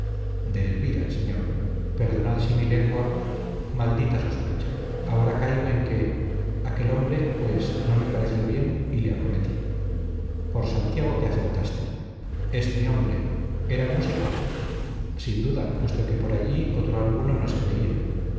de elvira señor perdonad si mi lengua maldita sospecha ahora caigo en que aquel hombre pues no me pareció bien y le acometí por santiago que acertaste es mi hombre era el músico sin duda puesto que por allí otro alguno no se veía